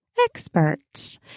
experts